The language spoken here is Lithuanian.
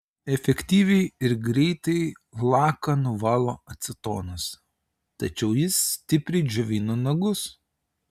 efektyviai ir greitai laką nuvalo acetonas tačiau jis stipriai džiovina nagus